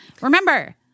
Remember